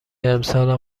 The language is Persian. امسالم